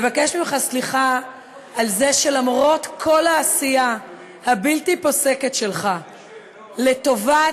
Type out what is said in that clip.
לבקש ממך סליחה על זה שלמרות כל העשייה הבלתי-פוסקת שלך לטובת